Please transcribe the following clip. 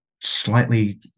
slightly